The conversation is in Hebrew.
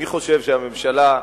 אני חושב שהממשלה,